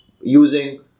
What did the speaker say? using